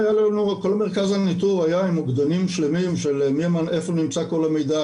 כל מרכז הניטור היה עם צוות מוקדנים שמיומן על איפה נמצא כל המידע,